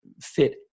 fit